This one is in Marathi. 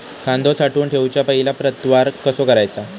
कांदो साठवून ठेवुच्या पहिला प्रतवार कसो करायचा?